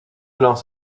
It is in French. lance